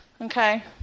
okay